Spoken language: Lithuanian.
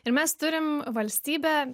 ir mes turim valstybę